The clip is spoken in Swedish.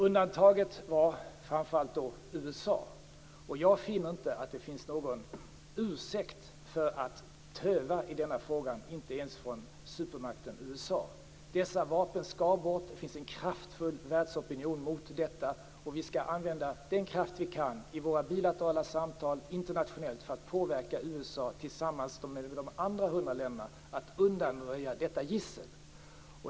Undantaget var framför allt USA. Jag finner inte att det finns någon ursäkt för att töva i denna fråga, inte ens från supermakten USA. Dessa vapen skall bort. Det finns en kraftig världsopinion mot detta. Vi skall tillsammans med de andra hundra länderna använda all vår kraft i våra bilaterala samtal internationellt för att påverka USA till att undanröja detta gissel.